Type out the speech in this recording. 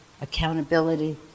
accountability